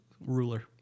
ruler